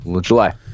july